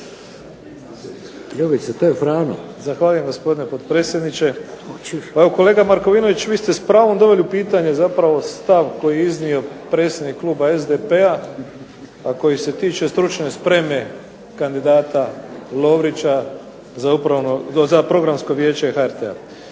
Frano (HDZ)** Zahvaljujem gospodine potpredsjedniče. Kolega Markovinović vi ste s pravom doveli u pitanje stav koji je iznio predstavnik Kluba SDP-a a koji se tiče stručne spreme kandidata Lovrića za Programsko vijeće HRT-a.